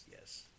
yes